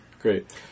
Great